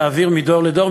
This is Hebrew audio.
מדור לדור,